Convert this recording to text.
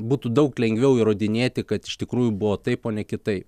būtų daug lengviau įrodinėti kad iš tikrųjų buvo taip o ne kitaip